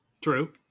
True